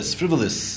frivolous